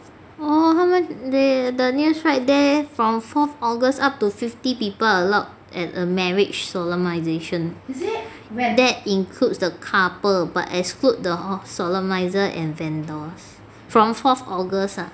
oh 他们 they the news write there from fourth august up to fifty people allowed at a marriage solemnisation that includes the couple but exclude the solemniser and vendors from fourth august ah